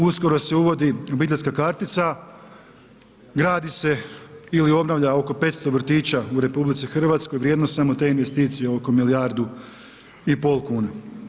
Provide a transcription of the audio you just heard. Uskoro se uvodi obiteljska kartica, gradi se ili obnavlja oko 500 vrtića u RH vrijednost samo te investicije oko 1,5 milijardu kuna.